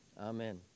Amen